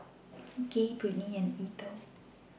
Gay Britney and Eithel